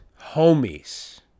Homies